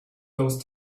those